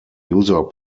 user